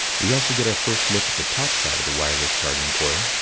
we also get our first look at the top side of the wireless charging coil.